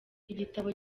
igitabo